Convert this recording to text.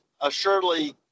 assuredly